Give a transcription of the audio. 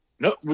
No